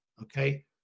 Okay